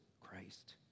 Christ